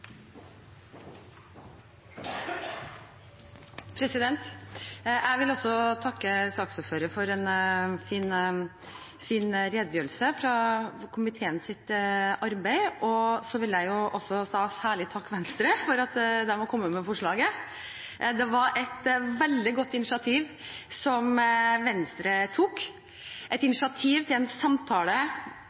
Jeg vil også takke saksordføreren for en fin redegjørelse for komiteens arbeid. Jeg vil særlig takke Venstre for å ha kommet med forslaget. Venstre tok et veldig godt initiativ til en samtale, ikke minst i Stortinget, om tros- og livssynspolitikk. Regjeringen ønsker en